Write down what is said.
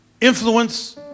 influence